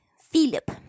Philip